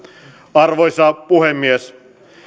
arvoisa puhemies